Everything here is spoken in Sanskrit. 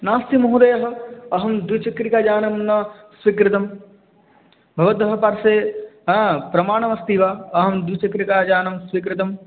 नास्ति महोदयः अहं द्विचक्रिकायानं न स्वीकृतं भवतः पार्श्वे हा प्रमाणमस्ति वा अहं द्विचक्रिकायानं स्वीकृतं